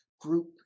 group